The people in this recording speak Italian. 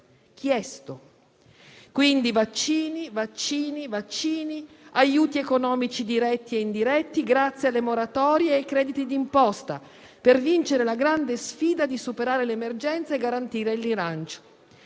Quindi vaccini, vaccini e vaccini, aiuti economici diretti e indiretti, grazie alle moratorie e ai crediti di imposta, per vincere la grande sfida di superare l'emergenza e garantire il rilancio.